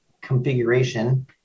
configuration